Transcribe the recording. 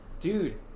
Dude